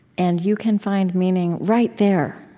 and you can find meaning right there,